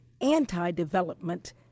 anti-development